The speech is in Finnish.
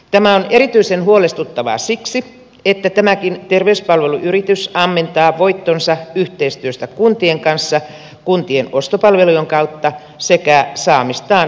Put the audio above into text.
tämä on erityisen huolestuttavaa siksi että tämäkin terveyspalveluyritys ammentaa voittonsa yhteistyöstä kuntien kanssa kuntien ostopalvelujen kautta sekä saamistaan kela korvauksista